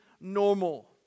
normal